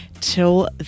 till